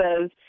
says